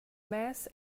mass